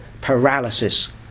paralysis